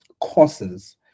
courses